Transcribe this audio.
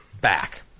back